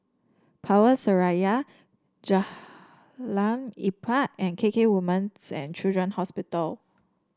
Power Seraya Jalan Empat and K K Women's and Children Hospital